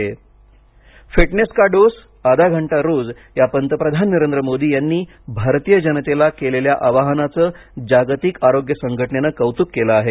fitness कौतक fitness का dose आधा घंटा रोज या पंतप्रधान नरेंद्र मोदी यांनी भारतीय जनतेला केलेल्या आवाहनाचं जागतिक आरोग्य संघटनेनं कौतुक केलं आहे